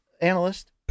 analyst